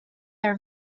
are